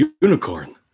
unicorn